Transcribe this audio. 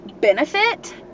benefit